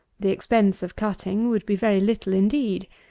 the expense of cutting would be very little indeed,